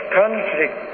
conflict